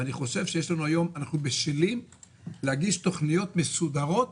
ואני חושב שהיום אנחנו בשלים להגיש תוכניות מסודרות